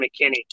McKinney